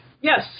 Yes